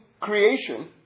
creation